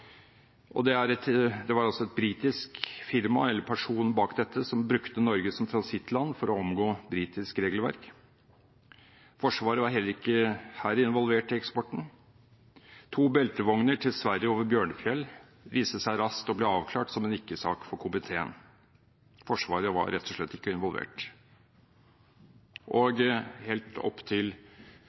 Det var altså et britisk firma eller person bak dette og som brukte Norge som transittland for å omgå britisk regelverk. Forsvaret var heller ikke her involvert i eksporten. To beltevogner til Sverige over Bjørnfjell viste seg raskt å bli avklart som en ikke-sak for komiteen. Forsvaret var rett og slett ikke involvert. Helt frem til